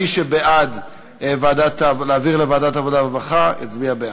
מי שבעד להעביר לוועדת העבודה והרווחה יצביע בעד,